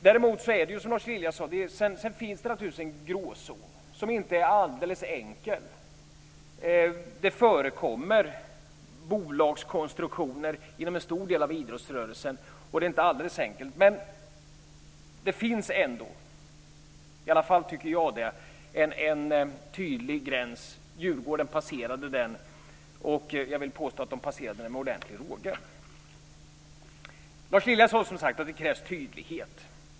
Sedan finns det naturligtvis en gråzon som inte är alldeles enkel, som Lars Lilja sade. Det förekommer bolagskonstruktioner inom en stor del av idrottsrörelsen. Men det finns ändå - i alla fall tycker jag det - en tydlig gräns. Djurgården passerade den. Jag vill påstå att man passerade den med ordentlig råge. Lars Lilja sade som sagt att det krävs tydlighet.